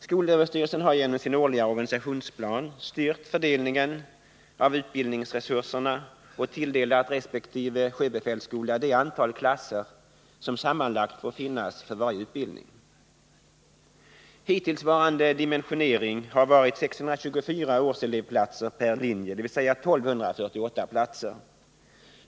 Skolöverstyrelsen har genom sin årliga organisationsplan styrt fördelningen av utbildningsresurserna och tilldelat resp. sjöbefälsskola det antal klasser som sammanlagt får finnas för varje utbildning. Hittillsvarande dimensionering har varit 624 årselevplatser per linje, dvs. 1248 platser.